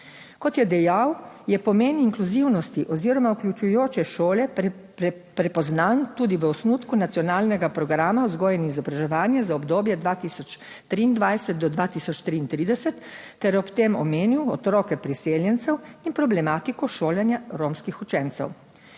Kot je dejal, je pomen inkluzivnosti oziroma vključujoče šole prepoznan tudi v osnutku Nacionalnega programa vzgoje in izobraževanja za obdobje 2023 do 2033 ter ob tem omenil otroke priseljencev in problematiko šolanja romskih učencev.